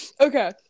Okay